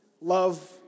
Love